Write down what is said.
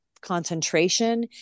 concentration